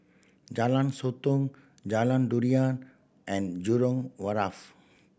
Jalan Sotong Jalan Durian and Jurong Wharf